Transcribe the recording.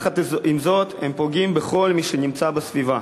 ויחד עם זאת הם פוגעים בכל מי שנמצא בסביבה.